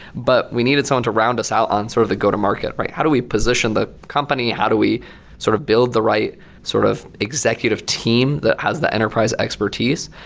but we needed someone to round us out on sort of the go to market. how do we position the company? how do we sort of build the right sort of executive team that has the enterprise expertise?